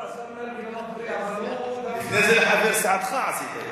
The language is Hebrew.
הוא לא מפריע, אבל הוא, לפני זה עשית את זה